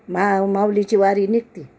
मा माऊलीची वारी निघते